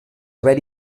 haver